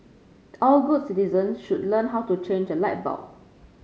all good citizen should learn how to change a light bulb